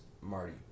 Marty